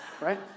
right